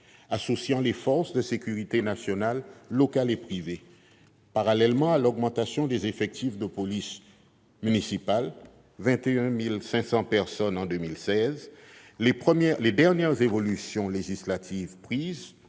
associant les forces de sécurité nationales, locales et privées. Parallèlement à l'augmentation des effectifs de police municipale, soit 21 500 personnes en 2016, les dernières évolutions législatives prises